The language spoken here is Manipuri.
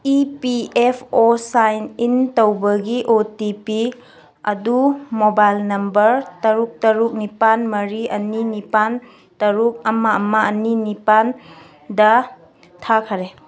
E P F O sign in ꯇꯧꯕꯒꯤ ꯑꯣ ꯇꯤ ꯄꯤ ꯑꯗꯨ ꯃꯣꯕꯥꯏꯜ ꯅꯝꯕꯔ ꯇꯔꯨꯛ ꯇꯔꯨꯛ ꯅꯤꯄꯥꯜ ꯃꯔꯤ ꯑꯅꯤ ꯅꯄꯥꯜ ꯇꯔꯨꯛ ꯑꯃ ꯑꯃ ꯑꯅꯤ ꯅꯤꯄꯥꯜꯗ ꯊꯥꯈꯔꯦ